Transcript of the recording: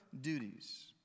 duties